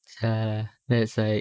sia lah that's like